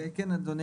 כן אדוני.